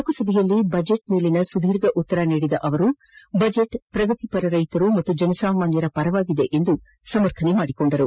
ಲೋಕಸಭೆಯಲ್ಲಿ ಬಜೆಟ್ ಮೇಲಿನ ಸುದೀರ್ಘ ಉತ್ತರ ನೀಡಿದ ಅವರು ಬಜೆಟ್ ಪ್ರಗತಿಪರ ರೈತರು ಮತ್ತು ಜನಸಾಮಾನ್ಗರ ಪರವಾಗಿದೆ ಎಂದು ಸಮರ್ಥನೆ ಮಾಡಿಕೊಂಡರು